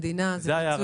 זה היה הרציונל.